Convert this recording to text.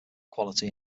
quality